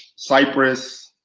cyprus,